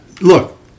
look